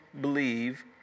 believe